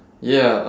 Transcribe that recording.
ya